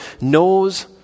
knows